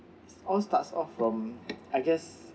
it all starts off from I guess